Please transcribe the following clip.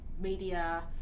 media